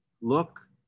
look